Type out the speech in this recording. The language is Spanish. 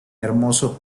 hermoso